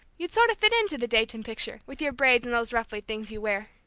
you'd sort of fit into the dayton picture, with your braids, and those ruffly things you wear!